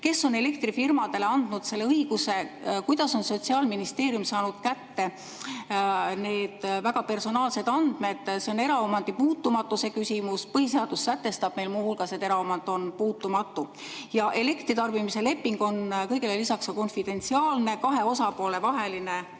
Kes on elektrifirmadele andnud selle õiguse? Kuidas on Sotsiaalministeerium saanud kätte need väga personaalsed andmed? See on eraomandi puutumatuse küsimus. Põhiseadus sätestab, et eraomand on puutumatu. Elektritarbimise leping on kõigele lisaks ka konfidentsiaalne kahe osapoole vaheline leping.